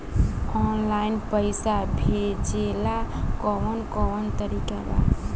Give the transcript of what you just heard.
Online पइसा भेजेला कवन कवन तरीका बा?